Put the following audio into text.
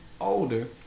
older